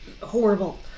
horrible